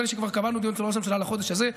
שכבר קבענו דיון אצל ראש הממשלה לחודש הזה,